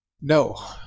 No